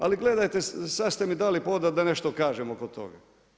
Ali gledajte, sada ste mi dali povoda da nešto kažem oko toga.